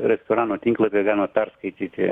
restorano tinklapyje galima perskaityti